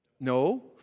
No